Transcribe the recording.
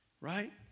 right